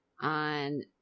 on